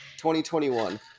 2021